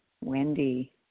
Wendy